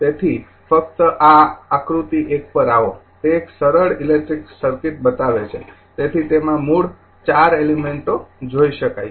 તેથી ફક્ત આ આકૃતિ એક પર આવો તે એક સરળ ઇલેક્ટ્રિક સર્કિટ બતાવે છે તેથી તેમાં મૂળ ૪ એલિમેંટો જોઇ શકાય છે